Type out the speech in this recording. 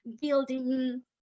building